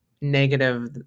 negative